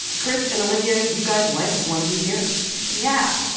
chris and olivia, you guys went to one of these hearings yeah.